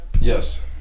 Yes